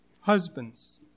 Husbands